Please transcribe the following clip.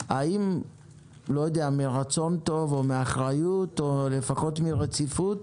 האם מתוך רצון טוב או מתוך אחריות או לפחות מתוך רציפות,